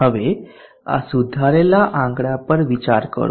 હવે આ સુધારેલા આંકડા પર વિચાર કરો